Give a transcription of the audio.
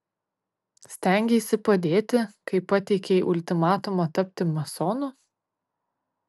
stengeisi padėti kai pateikei ultimatumą tapti masonu